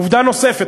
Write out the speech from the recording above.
עובדה נוספת,